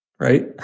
Right